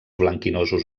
blanquinosos